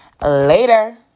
later